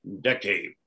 decade